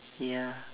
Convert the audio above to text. ya